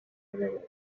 ببینینبازم